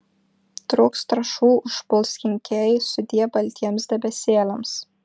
trūks trąšų užpuls kenkėjai sudie baltiems debesėliams